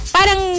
Parang